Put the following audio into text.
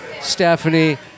Stephanie